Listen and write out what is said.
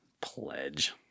Pledge